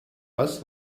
was